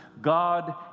God